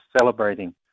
celebrating